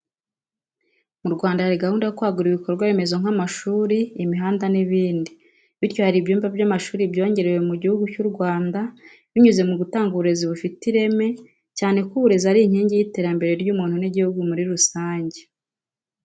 Mu Rwanda hari gahunda yo kwagura ibikorwa remezo nk'amashuri n'imihanda n'ibindi, bityo hari ibyumba by'amashuri byongerewe mu gihugu cy'u Rwanda binyuze mugutanga uburezi bufite ireme cyane ko uburezi ari inkingi y'iterambere ry'umuntu n'igihugu muri rusange.